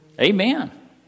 Amen